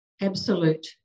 absolute